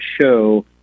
show